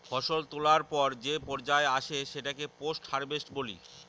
ফসল তোলার পর যে পর্যায় আসে সেটাকে পোস্ট হারভেস্ট বলি